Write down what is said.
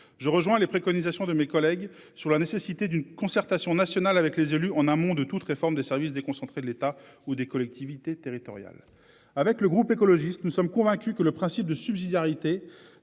je rejoins les préconisations de mes collègues sur la nécessité d'une concertation nationale avec les élus en amont de toute réforme des services déconcentrés de l'État ou des collectivités territoriales. Avec le groupe écologiste. Nous sommes convaincus que le principe de subsidiarité